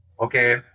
Okay